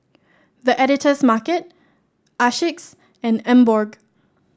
The Editor's Market Asics and Emborg